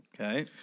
Okay